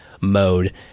mode